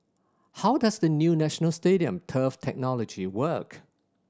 how does the new National Stadium turf technology work